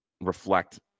reflect